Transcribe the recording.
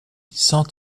sans